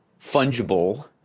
fungible